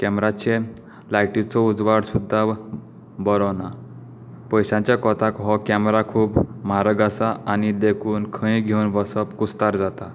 केमेराचे लायटीचो उजवाड सुद्दां बरो ना पयशांच्या कोताक हो केमेरा खूब म्हारग आसा आनी देखून खंय घेवन वचप कुस्तार जाता